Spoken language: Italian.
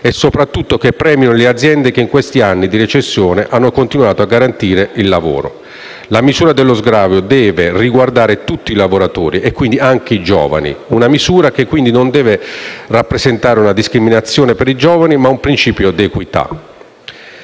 e, soprattutto, che premiano le aziende che in questi anni di recessione hanno continuato a garantire il lavoro. La misura dello sgravio deve riguardare tutti i lavoratori e, quindi, anche i giovani. Una misura che quindi non deve rappresentare una discriminazione ma un principio di equità.